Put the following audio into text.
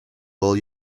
all